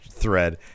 Thread